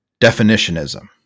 definitionism